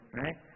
right